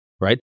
right